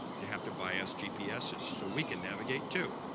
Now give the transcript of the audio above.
you have to buy us gpses so we can navigate too